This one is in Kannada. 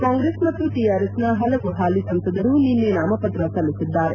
ಕಾಂಗ್ರೆಸ್ ಮತ್ತು ಟಿಆರ್ ಎಸ್ ನ ಹಲವು ಹಾಲಿ ಸಂಸದರು ನಿನ್ನೆ ನಾಮಪತ್ರ ಸಲ್ಲಿಸಿದ್ದಾರೆ